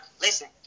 listen